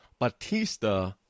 Batista